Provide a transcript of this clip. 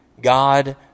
God